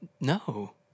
No